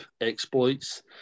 exploits